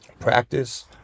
practice